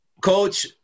Coach